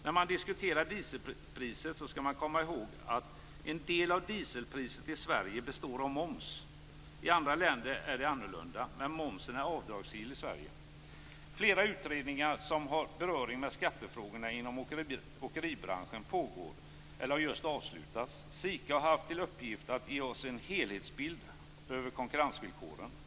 När man diskuterar det här med dieselpriset skall man komma ihåg att en del av detta i Sverige består av moms. I andra länder är det annorlunda, men momsen är avdragsgill i Sverige. Flera utredningar som har beröring med skattefrågorna inom åkeribranschen pågår eller har just avslutats. SIKA har haft till uppgift att ge oss en helhetsbild av konkurrensvillkoren.